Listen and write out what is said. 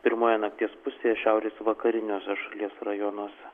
pirmoje nakties pusėje šiaurės vakariniuose šalies rajonuose